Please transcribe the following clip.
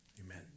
Amen